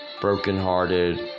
brokenhearted